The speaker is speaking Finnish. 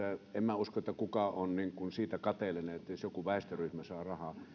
en minä usko että kukaan on siitä kateellinen jos joku väestöryhmä saa rahaa